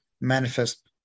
manifest